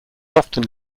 often